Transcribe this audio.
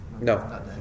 No